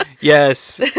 Yes